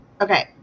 Okay